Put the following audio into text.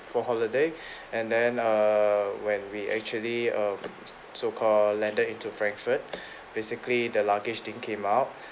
for holiday and then err when we actually um so called landed into frankfurt basically the luggage didn't came out